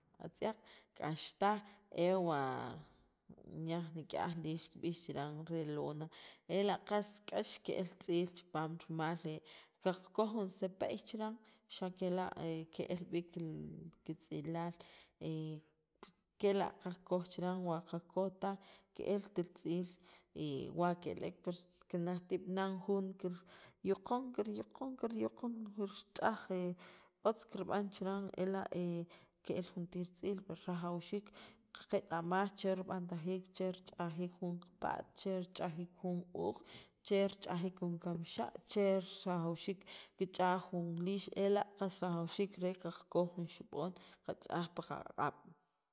atziyaq' k'ax taaj ewa' nikyaj liix kib'iix chiran re lona ela' qas k'ax keel tziil chipaam rimal ka kaqooj jun sepeey chiran xa kela keel b'iik kitz'ilaal kela ka kaqooj chiran wa' ka kaqooj taj keelt li tziil wa' keleek pues kinajtib' nan jun kiryukoon kiryukoon kiryukoon kirtzaj otz' kirb'an chiran ela' keer jun tiir tziil rajawxiik che qaketamaaj cher b'antajiik cher tz'ajiik jun ka pa'at cher chajiik jun uuq' cher chajiik jun kamxa' cher qas rajawxiik kii ch'aaj jun liix ela' kas rajawxiik re ka kajoon jun xib'oon kach'aj paka q'aab'.